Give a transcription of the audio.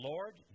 Lord